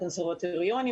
הקונסרבטוריונים,